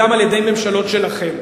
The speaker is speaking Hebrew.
גם על-ידי ממשלות שלכם.